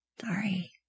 Sorry